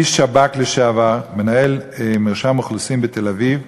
איש שב"כ לשעבר, מנהל מרשם האוכלוסין בתל-אביב,